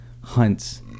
hunts